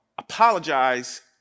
Apologize